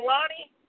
Lonnie